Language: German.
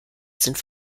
sind